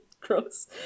gross